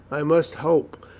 i must hope,